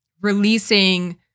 releasing